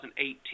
2018